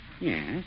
Yes